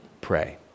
pray